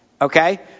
Okay